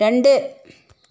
രണ്ട്